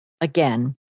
Again